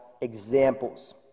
examples